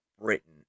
Britain